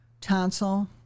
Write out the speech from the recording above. tonsil